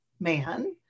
man